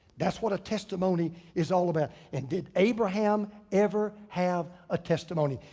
that's what a testimony is all about. and did abraham ever have a testimony?